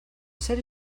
zer